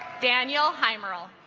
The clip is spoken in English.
daniel hi merle